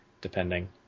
depending